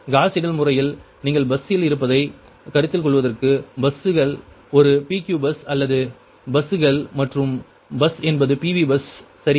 cos Seidel முறையில் நீங்கள் பஸ்ஸில் இருப்பதைக் கருத்தில் கொள்வதற்கு பஸ்கள் ஒரு PQ பஸ் அல்லது பஸ்கள் மற்றும் பஸ் என்பது PV பஸ் சரியா